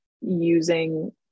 using